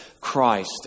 Christ